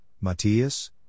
Matthias